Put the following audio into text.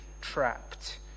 trapped